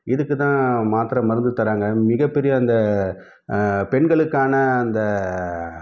இதுக்குதான் மாத்திர மருந்து தராங்க மிகப்பெரிய அந்த பெண்களுக்கான அந்த